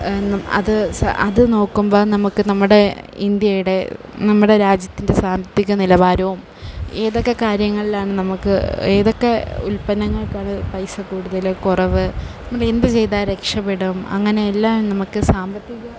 അത് അത് നോക്കുമ്പോൾ നമുക്ക് നമ്മുടെ ഇന്ത്യയുടെ നമ്മുടെ രാജ്യത്തിൻ്റെ സാമ്പത്തിക നിലവാരോം ഏതൊക്കെ കാര്യങ്ങളിലാണ് നമുക്ക് ഏതൊക്കെ ഉല്പന്നങ്ങൾക്കാണ് പൈസ കൂടുതൽ കുറവ് നമ്മൾ എന്ത് ചെയ്താൽ രക്ഷപ്പെടും അങ്ങനെ എല്ലാം നമുക്ക് സാമ്പത്തിക